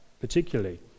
particularly